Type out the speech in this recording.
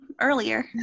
earlier